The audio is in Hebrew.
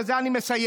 ובזה אני מסיים: